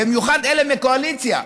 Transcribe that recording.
במיוחד אלה מהקואליציה,